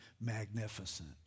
magnificent